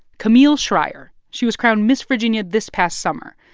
camille schrier. she was crowned miss virginia this past summer,